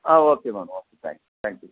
ah okay ma'am okay ma'am thanks thank you